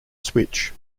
switch